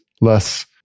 less